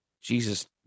jesus